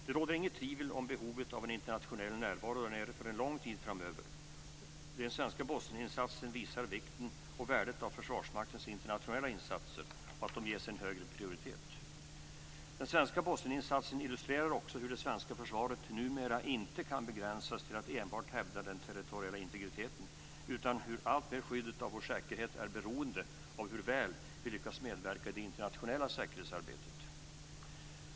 Det råder inget tvivel om behovet av en internationell närvaro där nere för en lång tid framöver. Den svenska Bosnieninsatsen visar vikten och värdet av att Försvarsmaktens internationella insatser ges en högre prioritet. Den svenska Bosnieninsatsen illustrerar också hur det svenska försvaret numera inte kan begränsas till att enbart hävda den territoriella integriteten, utan hur skyddet av vår säkerhet är beroende av hur väl vi lyckas medverka i det internationella säkerhetsarbetet.